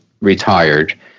retired